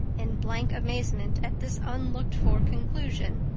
in blank amazement at this unlooked-for conclusion.